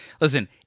Listen